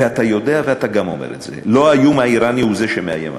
ואתה יודע ואתה גם אומר את זה: לא האיום האיראני הוא זה שמאיים עלינו.